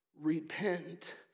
Repent